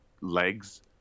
legs